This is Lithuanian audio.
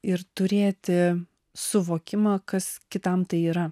ir turėti suvokimą kas kitam tai yra